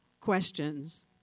questions